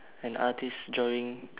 an artist drawing